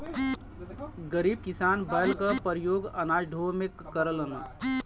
गरीब किसान बैल क परियोग अनाज ढोवे में करलन